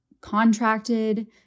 contracted